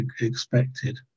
expected